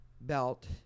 belt